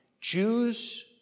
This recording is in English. Jews